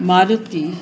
Maruti